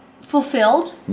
fulfilled